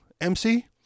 MC